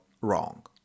wrong